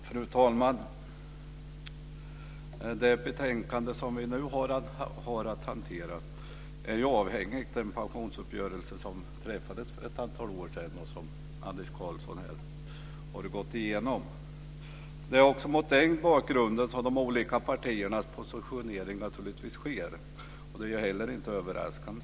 Fru talman! Det betänkande som vi nu har att hantera är avhängigt den pensionsuppgörelse som träffades för ett antal år sedan och som Anders Karlsson här har gått igenom. Det är också mot den bakgrunden som de olika partiernas positionering sker, och det är heller inte överraskande.